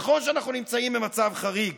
נכון שאנחנו נמצאים במצב חריג,